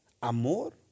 amor